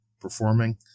performing